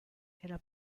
era